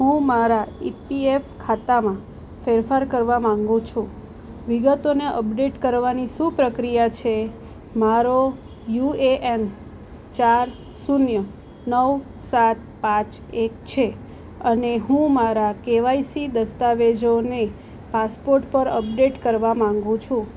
હું મારા ઇપીએફ ખાતામાં ફેરફાર કરવા માગું છું વિગતોને અપડેટ કરવાની શું પ્રક્રિયા છે મારો યુએએન ચાર શૂન્ય નવ સાત પાંચ એક છે અને હું મારા કેવાયસી દસ્તાવેજોને પાસપોર્ટ પર અપડેટ કરવા માગું છું